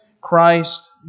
Christ